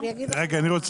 כי הם אלה